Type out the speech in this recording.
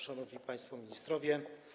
Szanowni Państwo Ministrowie!